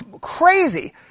crazy